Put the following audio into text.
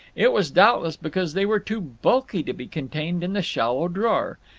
it was doubtless because they were too bulky to be contained in the shallow drawer.